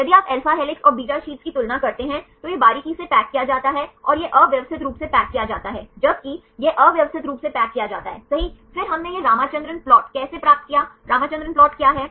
यदि आप alpha helix और beta शीट्स की तुलना करते हैं तो यह बारीकी से पैक किया जाता है और यह अवयवस्थि रूप से पैक किया जाता है जबकि यह अवयवस्थि रूप से पैक किया जाता है सही फिर हमने यह रामचंद्रन प्लॉट कैसे प्राप्त किया रामचंद्रन प्लॉट क्या है